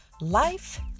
Life